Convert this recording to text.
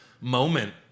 moment